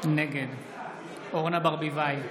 נגד אורנה ברביבאי,